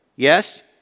Yes